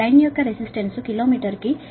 line యొక్క resistance kilo మీటరుకు 0